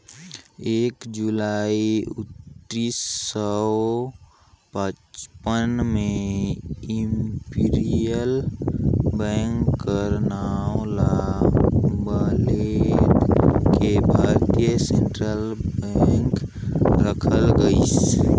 एक जुलाई उन्नीस सौ पचपन में इम्पीरियल बेंक कर नांव ल बलेद के भारतीय स्टेट बेंक रखल गइस